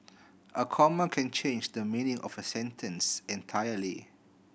a comma can change the meaning of a sentence entirely